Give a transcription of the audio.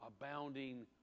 Abounding